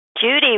Judy